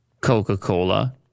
Coca-Cola